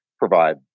provide